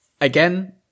again